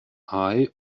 eye